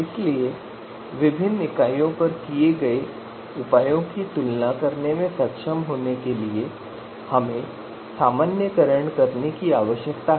इसलिए विभिन्न इकाइयों पर किए गए उपायों की तुलना करने में सक्षम होने के लिए हमें सामान्यीकरण करने की आवश्यकता है